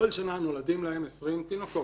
כל שנה נולדים להם 20 תינוקות.